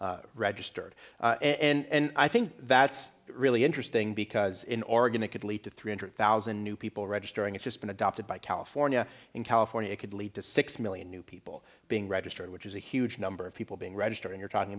registered and i think that's really interesting because in oregon it could lead to three hundred thousand new people registering it's just been adopted by california in california it could lead to six million new people being registered which is a huge number of people being registered you're talking